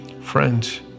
Friends